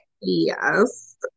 Yes